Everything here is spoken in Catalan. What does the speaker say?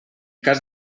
cas